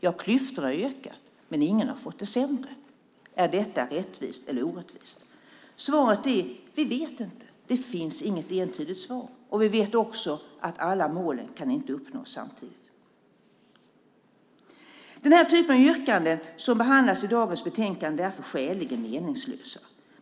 Ja, klyftorna har ökat, men ingen har fått det sämre. Är detta rättvist eller orättvist? Svaret är att vi inte vet. Det finns inget entydigt svar. Dessutom vet vi att alla målen inte kan uppnås samtidigt. Den typen av yrkanden som behandlas i dagens betänkande är därför skäligen meningslösa.